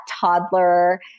toddler